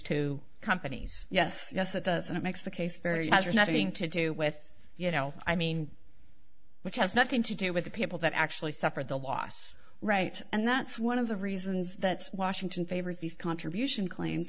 two companies yes yes it does and it makes the case very has nothing to do with you know i mean which has nothing to do with the people that actually suffered the loss right and that's one of the reasons that washington favors these contribution claims